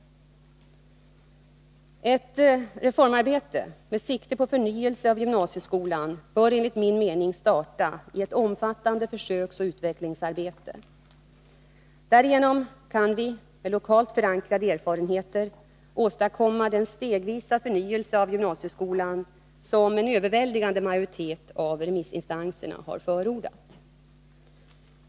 Ett reformarbete med sikte på en förnyelse av gymnasieskolan bör enligt min mening starta i ett omfattande försöksoch utvecklingsarbete. Därigenom kan vi med lokalt förankrade erfarenheter åstadkomma den stegvisa förnyelse av gymnasieskolan som en överväldigande majoritet av remissinstanserna har förordat.